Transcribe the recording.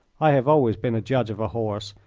i have always been a judge of a horse,